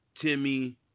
Timmy